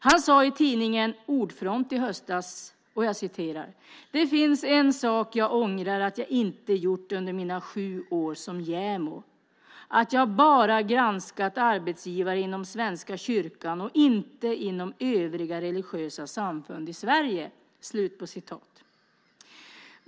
Han sade så här i tidningen Ordfront i höstas: Det finns en sak jag ångrar att jag inte har gjort under mina sju år som JämO, nämligen att jag bara har granskat arbetsgivare inom svenska kyrkan och inte inom övriga religiösa samfund i Sverige.